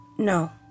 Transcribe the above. No